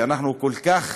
שאנחנו כל כך